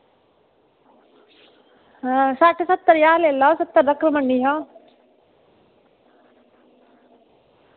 सट्ठ सत्तर ज्हार लेई लैओ सत्तर तगर मन्नी जाओ